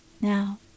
Now